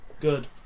Good